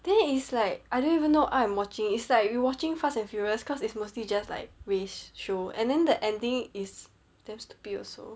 then it's like I don't even know what I'm watching is like we watching fast and furious cause it's mostly just like race show and then the ending is damn stupid also